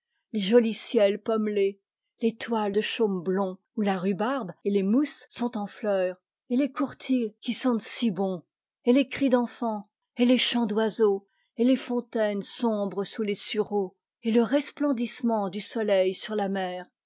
les jolis ciels pommelés les toits de chaume blond où la rhubarbe et les mousses sont en fleur et les cour tils qui sentent si bon et les cris d'enfants et les chants d'oiseaux et les fontaines sombres sous les sureaux et le resplendissement du soleil sur la mer